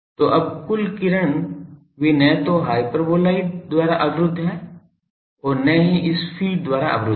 तो अब कुल किरण वे न तो हाइपरबोलॉइड द्वारा अवरुद्ध हैं और न ही इस फ़ीड द्वारा अवरुद्ध हैं